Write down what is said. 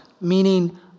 meaning